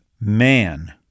man